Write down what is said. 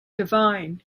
divine